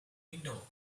window